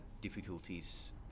difficulties